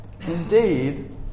Indeed